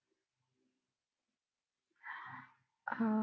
uh